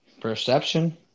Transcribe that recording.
Perception